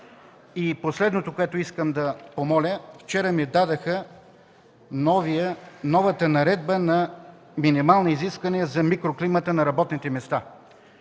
И последното, което искам да помоля – вчера ми дадоха новата Наредба за минимални изисквания за микроклимата на работните места.